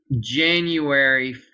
January